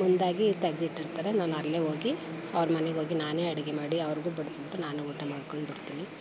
ಮುಂದಾಗಿ ತೆಗೆದಿಟ್ಟಿರ್ತಾರೆ ನಾನು ಅಲ್ಲೇ ಹೋಗಿ ಅವ್ರ ಮನೆಗೋಗಿ ನಾನೇ ಅಡುಗೆ ಮಾಡಿ ಅವ್ರಿಗೂ ಬಡಿಸ್ಬಿಟ್ಟು ನಾನು ಊಟ ಮಾಡಿಕೊಂಡು ಬರ್ತೀನಿ